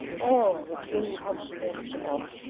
all was incomprehensible.